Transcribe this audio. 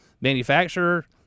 manufacturer